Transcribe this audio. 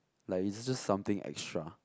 like is just just something extra